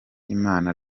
imana